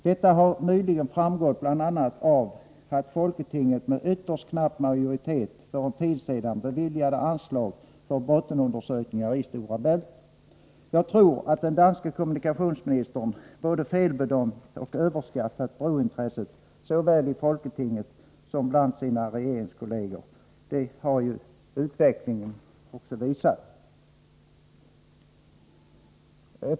Detta har nyligen framgått bl.a. av att folketinget med ytterst knapp majoritet för en tid sedan beviljade anslag för bottenundersökningar i Stora Bält. Jag tror att den danske kommunikationsministern både felbedömt och överskattat brointresset, såväl i folketinget som bland sina regeringskolleger. Det har ju utvecklingen visat.